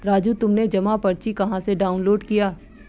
राजू तुमने जमा पर्ची कहां से डाउनलोड किया?